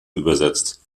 übersetzt